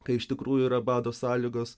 kai iš tikrųjų yra bado sąlygos